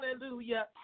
Hallelujah